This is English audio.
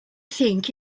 think